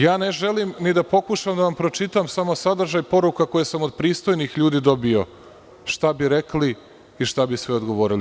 Ja ne želim ni da pokušam da vam pročitam samo sadržaj poruka koje sam od pristojnih ljudi dobio, šta bi rekli i šta bi sve odgovorili.